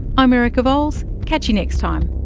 i'm erica vowles, catch you next time